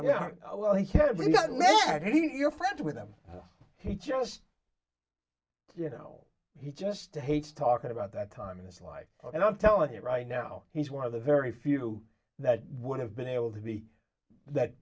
yeah well he can't mean that he you're friends with him he just you know he just hates talking about that time in his life and i'm telling you right now he's one of the very few that would have been able to be that